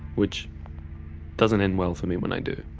which doesn't end well for me when i do.